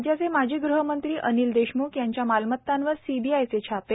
राज्याचे माजी ग़हमंत्री अनिल देशम्ख यांच्या मालमतांवर सीबीआय चे छापे